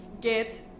get